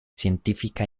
científica